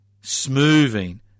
smoothing